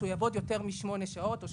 שאדם יעבוד יותר מ-8 שעות ביום